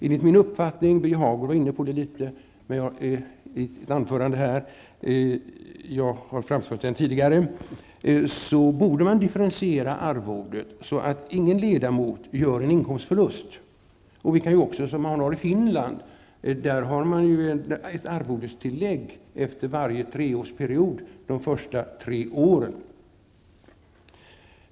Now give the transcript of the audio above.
Enligt min uppfattning borde man differentiera arvodet så att ingen ledamot gör en inkomstförlust -- jag har framfört denna tanke tidigare, och även Birger Hagård tog upp den i sitt anförande tidigare i dag. I Finland har man för övrigt ett arvodestillägg efter varje år under de första tre åren.